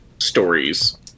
stories